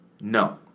No